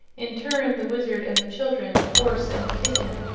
in turn the wizard and the children, the horse and the kitten,